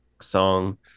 song